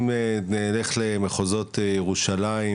אם נלך למחוזות ירושלים וצפון,